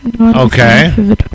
Okay